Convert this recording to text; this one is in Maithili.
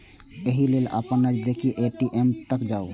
एहि लेल अपन नजदीकी ए.टी.एम तक जाउ